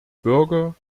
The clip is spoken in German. bürger